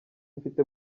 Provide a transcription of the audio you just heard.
mfite